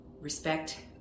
RESPECT